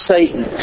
Satan